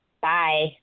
Bye